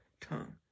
tongue